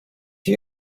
you